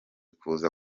kuza